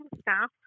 staff